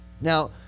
Now